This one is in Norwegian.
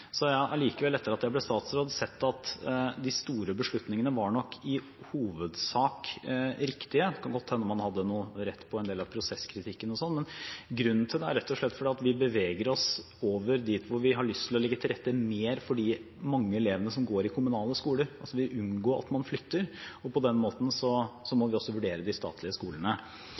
Jeg har allikevel, etter at jeg ble statsråd, sett at de store beslutningene i hovedsak nok var riktige – det kan godt hende man hadde noe rett i prosesskritikken og slikt – og grunnen er rett og slett at vi beveger oss over dit hvor vi har lyst til å legge mer til rette for de mange elevene som går i kommunale skoler, at man unngår at de flytter, og på den måten må vi også vurdere de statlige skolene.